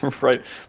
Right